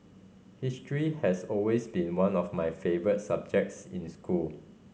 history has always been one of my favourite subjects in school